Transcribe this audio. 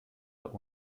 der